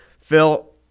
phil